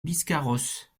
biscarrosse